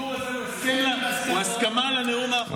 הוויתור הזה הוא הסכמה לנאום האחרון.